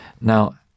Now